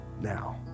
Now